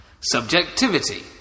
Subjectivity